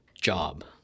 job